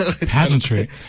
Pageantry